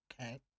Okay